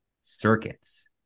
circuits